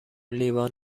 لیوان